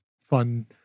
fun